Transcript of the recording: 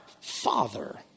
father